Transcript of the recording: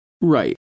Right